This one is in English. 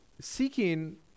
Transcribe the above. seeking